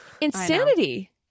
insanity